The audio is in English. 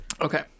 Okay